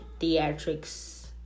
theatrics